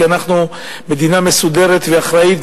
כי אנחנו מדינה מסודרת ואחראית.